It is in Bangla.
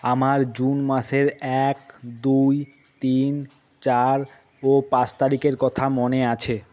আমার জুন মাসের এক দুই তিন চার ও পাঁচ তারিখের কথা মনে আছে